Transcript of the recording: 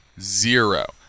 zero